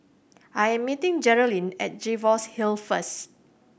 I am meeting Geralyn at Jervois Hill first